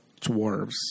dwarves